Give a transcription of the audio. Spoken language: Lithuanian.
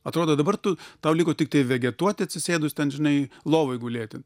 atrodo dabar tu tau liko tiktai vegetuoti atsisėdus ten žinai lovoj gulėti